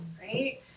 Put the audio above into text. right